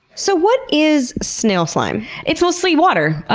so what is snail slime? it's mostly water.